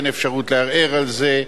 אין אפשרות לערער על זה.